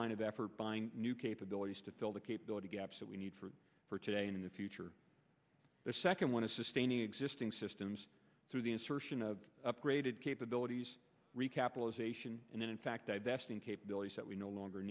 line of effort buying new capabilities to fill the capability gaps that we need for for today in the future the second one is sustaining existing systems through the insertion of upgraded capabilities recapitalization and then in fact divesting capabilities that we no longer